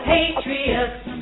Patriots